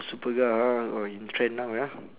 superga ah oh in trend now ah